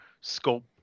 scope